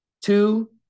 two